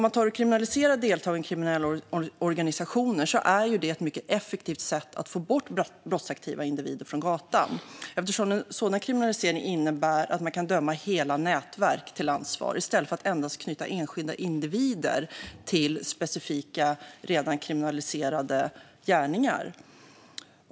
Att kriminalisera deltagandet i kriminella organisationer är ett mycket effektivt sätt att få bort brottsaktiva individer från gatan, eftersom en sådan kriminalisering innebär att man kan döma hela nätverk till ansvar i stället för att endast knyta enskilda individer till specifika, redan kriminaliserade gärningar.